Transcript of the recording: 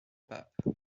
pape